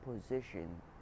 position